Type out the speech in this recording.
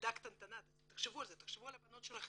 ילדה קטנטנה תחשבו על הבנות שלכם,